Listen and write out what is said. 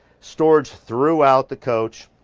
storage throughout the coach.